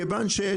מכיוון שיש,